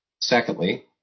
Secondly